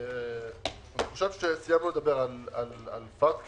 אני חושב שסיימנו לדבר על הפטקא.